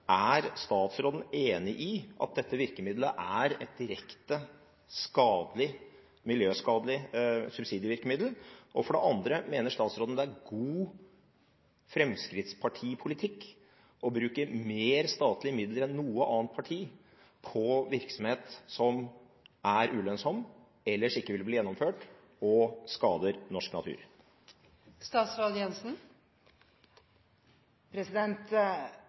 Er statsråden enig i at dette virkemidlet er et direkte miljøskadelig subsidievirkemiddel? Og for det andre: Mener statsråden det er god fremskrittspartipolitikk å bruke mer statlige midler enn noe annet parti på virksomhet som er ulønnsom, som ellers ikke ville blitt gjennomført, og som skader norsk